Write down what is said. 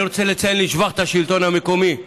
אני רוצה לציין לשבח את השלטון המקומי,